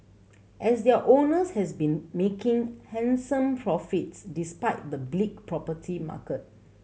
as their owners has been making handsome profits despite the bleak property market